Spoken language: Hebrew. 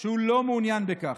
שהוא לא מעוניין בכך.